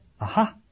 Aha